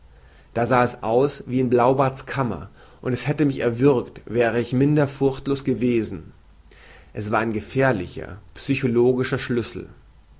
da sah es aus wie in blaubarts kammer und es hätte mich erwürgt wäre ich minder furchtlos gewesen es war ein gefährlicher psychologischer schlüssel